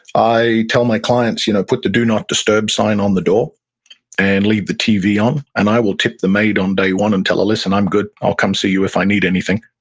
i tell my clients you know put the do not disturb sign on the door and leave the tv on. and i will tip the maid on day one and tell her, listen, i'm good. i'll come see you if i need anything.